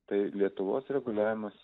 tai lietuvos reguliavimas